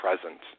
present